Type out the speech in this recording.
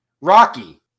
Rocky